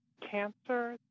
cancer